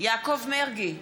יעקב מרגי,